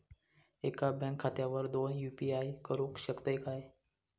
एका बँक खात्यावर दोन यू.पी.आय करुक शकतय काय?